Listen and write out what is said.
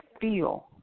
feel